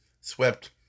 swept